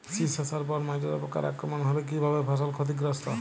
শীষ আসার পর মাজরা পোকার আক্রমণ হলে কী ভাবে ফসল ক্ষতিগ্রস্ত?